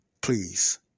Please